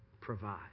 provide